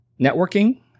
networking